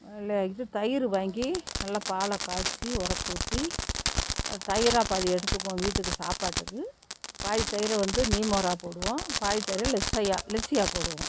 இல்லை இது தயிரு வாங்கி நல்லா பாலை காய்ச்சி உரக்கு ஊற்றி அது தயிராக பாதி எடுத்துப்போம் வீட்டுக்கு சாப்பாட்டுக்கு பாதி தயிரை வந்து நீர்மோராக போடுவோம் பாதி தயிரை லெஸ்ஸையா லெஸ்ஸியாக போடுவோம்